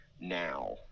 now